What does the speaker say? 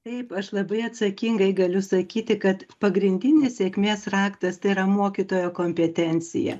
taip aš labai atsakingai galiu sakyti kad pagrindinis sėkmės raktas tai yra mokytojo kompetencija